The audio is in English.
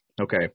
Okay